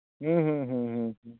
ᱦᱩᱸ ᱦᱩᱸ ᱦᱩᱸ ᱦᱩᱸ ᱦᱩᱸ